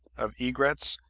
of egrets,